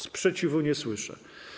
Sprzeciwu nie słyszę.